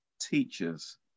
teachers